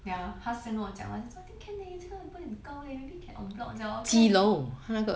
ya 她现在我讲 I think can leh 这个不会很高勒 maybe can en bloc